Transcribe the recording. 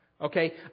Okay